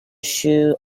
shoe